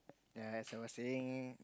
ya as I was saying